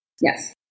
Yes